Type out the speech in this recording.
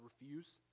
refuse